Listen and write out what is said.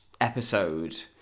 episode